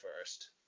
first